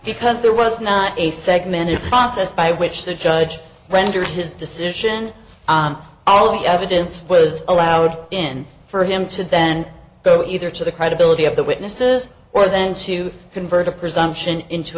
because there was not a segmented process by which the judge rendered his decision all the evidence was allowed in for him to then go either to the credibility of the witnesses or then to convert a presumption into